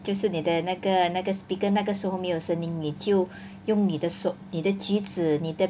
就是你的那个那个 speaker 那个时候没有声音你就用你的手你的举止你的